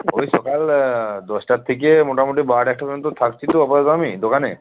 ওই সোকাল দশটার থিকে মোটামোটি বারোটা একটা পর্যন্ত থাকছি তো আপাতত আমি দোকানে